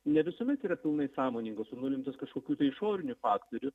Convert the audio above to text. ne visuomet yra pilnai sąmoningas o nulemtas kažkokių išorinių faktorių